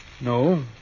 No